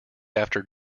after